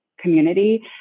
community